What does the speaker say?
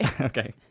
okay